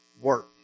work